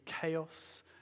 chaos